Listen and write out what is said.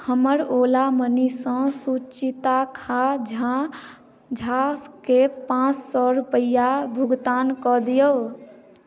हमर ओला मनीसँ सुचिता खाँ झा झाके पाँच सए रूपैआ भुगतान कऽ दिऔ